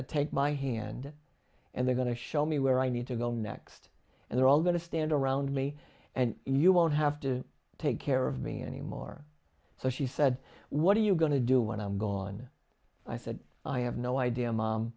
to take my hand and they're going to show me where i need to go next and they're all going to stand around me and you won't have to take care of me anymore so she said what are you going to do when i'm gone i said i have no idea mom